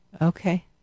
Okay